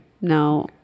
No